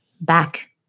back